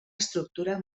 estructura